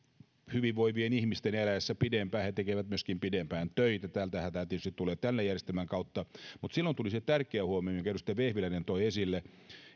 hyvinvoivien ihmisten eläessä pidempään he tekevät myöskin pidempään töitä tämähän tietysti tulee tämän järjestelmän kautta mutta sitten tuli se tärkeä huomio minkä edustaja vehviläinen toi esille